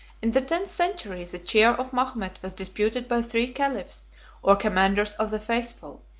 in the tenth century, the chair of mahomet was disputed by three caliphs or commanders of the faithful,